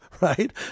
right